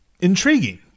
intriguing